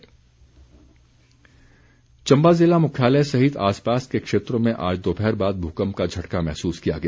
भूकम्प चम्बा ज़िला मुख्यालय सहित आसपास के क्षेत्रों में आज दोपहर बाद भूकम्प का झटका महसूस किया गया